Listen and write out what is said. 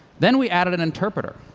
then we added an interpreter.